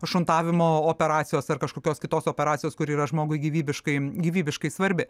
šuntavimo operacijos ar kažkokios kitos operacijos kuri yra žmogui gyvybiškai gyvybiškai svarbi